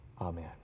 Amen